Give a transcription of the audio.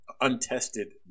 untested